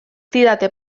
didate